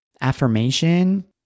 affirmation